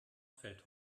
fällt